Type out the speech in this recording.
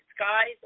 skies